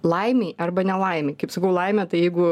laimei arba nelaimei kaip sakau laimė tai jeigu